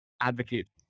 advocate